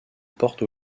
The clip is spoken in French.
porte